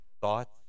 thoughts